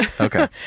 Okay